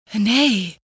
Nay